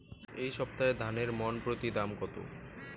এই সপ্তাহে ধানের মন প্রতি দাম কত?